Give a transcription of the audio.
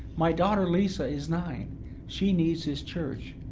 my daughter lisa is nine she needs this church,